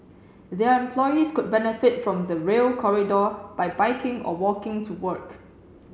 their employees could benefit from the Rail Corridor by biking or walking to work